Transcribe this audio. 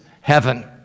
heaven